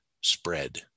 spread